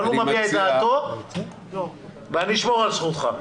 אבל הוא מביע את דעתו ואני אשמור על זכותו.